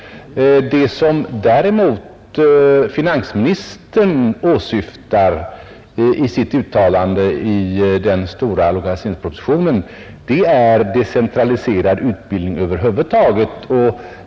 Det som finansministern åsyftar i sitt uttalande i den stora lokaliseringspropositionen är däremot decentraliserad utbildning över huvud taget.